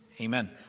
Amen